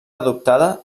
adoptada